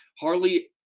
Harley